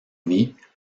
vies